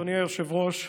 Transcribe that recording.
אדוני היושב-ראש,